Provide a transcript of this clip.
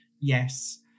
Yes